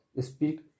speak